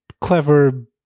clever